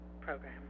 program